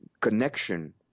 connection